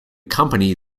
company